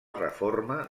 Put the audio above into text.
reforma